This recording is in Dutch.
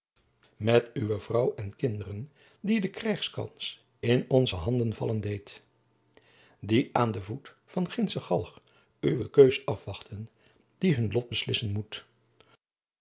met uwe vrouw en kinderen die de krijgskans in onze handen vallen deed die aan den voet van gindsche galg uwe keus afwachten die hun lot beslissen moet